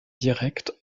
directs